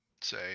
say